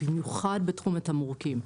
במיוחד בתחום התמרוקים.